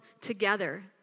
together